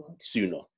sooner